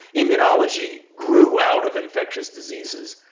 immunology grew out of infectious diseases.